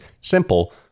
simple